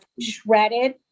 shredded